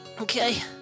Okay